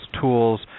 tools